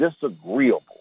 disagreeable